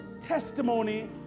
testimony